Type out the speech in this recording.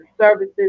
services